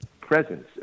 presence